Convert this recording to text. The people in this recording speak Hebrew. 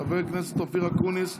חבר הכנסת אופיר אקוניס,